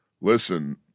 listen